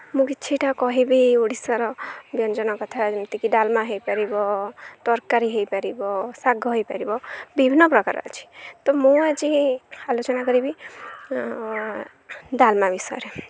ମୁଁ କିଛିଟା କହିବି ଓଡ଼ିଶାର ବ୍ୟଞ୍ଜନ କଥା ଡ଼ାଲମା ହୋଇପାରିବ ତରକାରୀ ହୋଇପାରିବ ଶାଗ ହୋଇପାରିବ ବିଭିନ୍ନପ୍ରକାର ଅଛି ତ ମୁଁ ଆଜି ଆଲୋଚନା କରିବି ଡାଲମା ବିଷୟରେ